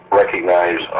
recognize